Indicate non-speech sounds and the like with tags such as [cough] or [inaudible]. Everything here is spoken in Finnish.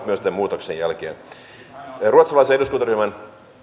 [unintelligible] myös tämän muutoksen jälkeen ruotsalaisen eduskuntaryhmän